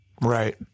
Right